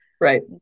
Right